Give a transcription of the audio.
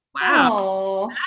Wow